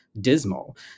dismal